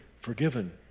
forgiven